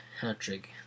hat-trick